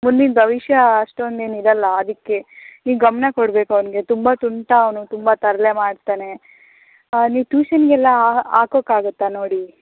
ಮುಂದಿನ ಭವಿಷ್ಯ ಅಷ್ಟೊಂದೇನಿರಲ್ಲ ಅದಕ್ಕೆ ನೀವು ಗಮನ ಕೊಡಬೇಕು ಅವನಿಗೆ ತುಂಬ ತುಂಟ ಅವನು ತುಂಬ ತರಲೆ ಮಾಡ್ತಾನೆ ನೀವು ಟ್ಯೂಷನ್ಗೆಲ್ಲ ಹಾಕೊಕ್ಕಾಗತ್ತ ನೋಡಿ